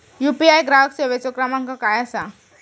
UPI ग्राहक सेवेचो क्रमांक काय असा?